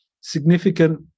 significant